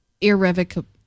Irrevocable